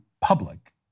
public